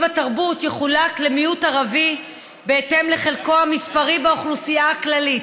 התרבות יחולק למיעוט ערבי בהתאם לחלקו המספרי באוכלוסייה הכללית.